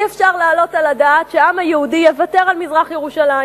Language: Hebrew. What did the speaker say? אי-אפשר להעלות על הדעת שהעם היהודי יוותר על מזרח-ירושלים,